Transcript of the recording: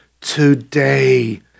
today